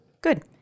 Good